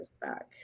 back